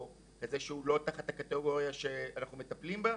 משהו שהוא לא תחת הקטגוריה שאנחנו מטפלים בה,